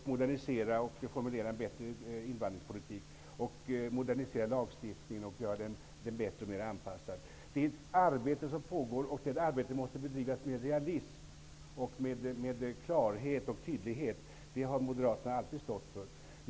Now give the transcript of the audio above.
Utredningen skall formulera en bättre invandringspolitik och modernisera, förbättra och anpassa lagstiftningen. Det pågår alltså ett arbete på det här området, och det arbetet måste bedrivas med realism, klarhet och tydlighet. Det har Moderaterna alltid stått för.